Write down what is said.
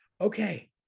okay